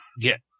get